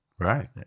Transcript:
Right